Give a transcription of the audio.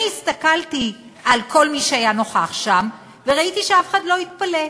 אני הסתכלתי על כל מי שהיה נוכח שם וראיתי שאף אחד לא התפלא.